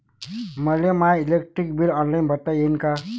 मले my electric bill online भरता येईन का?